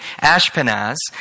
Ashpenaz